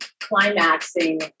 climaxing